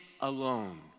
alone